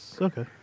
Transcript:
Okay